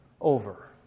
over